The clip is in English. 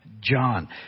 John